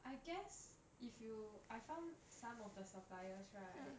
I guess if you I found some of the suppliers right